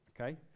Okay